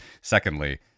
secondly